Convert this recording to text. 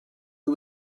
who